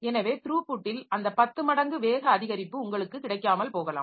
எனவே த்ரூபுட்டில் அந்த பத்து மடங்கு வேக அதிகரிப்பு உங்களுக்கு கிடைக்காமல் போகலாம்